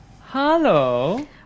hello